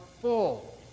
full